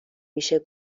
میشه